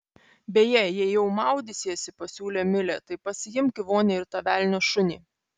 beje jei jau maudysiesi pasiūlė milė tai pasiimk į vonią ir tą velnio šunį